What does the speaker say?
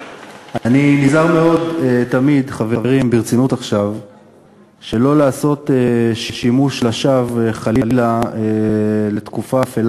ככה בדיוק אמרו רשויות הביטחון בסעודיה למלך סעודיה שבוע לפני